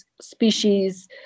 species